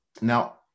Now